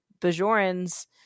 bajorans